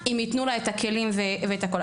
אם יתנו לה את הכלים ואת כל הדברים.